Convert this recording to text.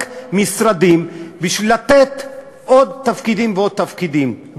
משרדים בשביל לתת עוד תפקידים ועוד תפקידים.